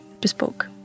bespoke